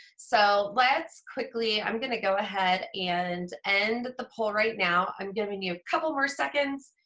so let's quickly, i'm gonna go ahead and end the poll right now. i'm giving you a couple more seconds,